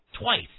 twice